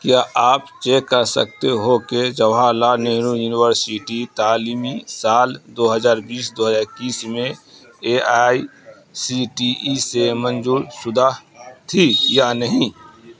کیا آپ چیک کر سکتے ہو کہ جواہر لال نہرو یونیورسٹی تعلیمی سال دو ہزار بیس دو ہزار اکیس میں A I C T E سے منظور شدہ تھی یا نہیں